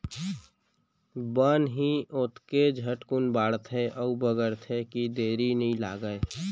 बन ही अतके झटकुन बाढ़थे अउ बगरथे कि देरी नइ लागय